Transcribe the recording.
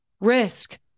risk